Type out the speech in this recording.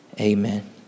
Amen